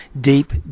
deep